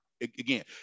Again